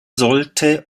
sollte